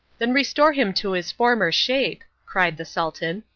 then restore him to his former shape, cried the sultan.